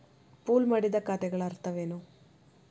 Pool ಮಾಡಿದ ಖಾತೆಗಳ ಅರ್ಥವೇನು?